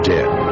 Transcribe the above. Dead